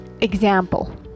example